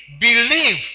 believe